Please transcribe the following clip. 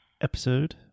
episode